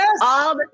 yes